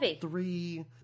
three –